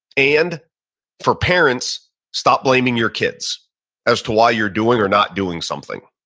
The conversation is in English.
and for parents stop blaming your kids as to why you're doing or not doing something.